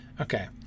okay